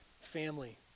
Family